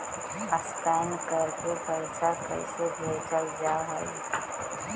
Scan करके पैसा कैसे भेजल जा हइ?